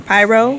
Pyro